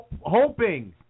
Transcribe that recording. hoping